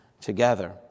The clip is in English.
together